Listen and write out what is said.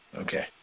Okay